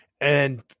and-